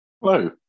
Hello